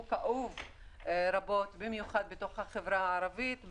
הוא כאוב רבות, במיוחד בתוך החברה הערבית.